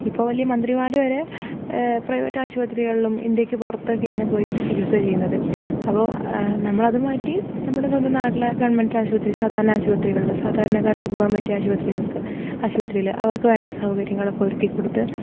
ഇപ്പോൾ വലിയ മന്ത്രിമാര് വരെ പ്രൈവറ്റ് ആശുപത്രികളിലും ഇന്ത്യയ്ക്ക് പുറത്തൊക്കെയാണ് പോയിട്ട് ചികിത്സ ചെയ്യുന്നത് അപ്പോൾ നമ്മള് അത് മാറ്റി നമ്മുടെ സ്വന്തം നാട്ടിലെ ഗവൺമെൻറ്റ് ആശുപത്രി സാധാരണ ആശുപത്രിയിൽ സാധാരണക്കാർക്ക് പോകാൻ പറ്റിയ ആശുപത്രികൾക്ക് ആശുപത്രിയിൽ അവർക്ക് വേണ്ട സൗകര്യങ്ങളൊക്കെ ഒരുക്കിക്കൊടുത്ത്